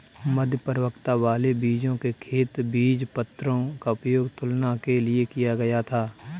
मध्य परिपक्वता वाले बीजों के खेत बीजपत्रों का उपयोग तुलना के लिए किया गया था